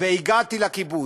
והגעתי לקיבוץ,